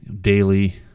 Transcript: daily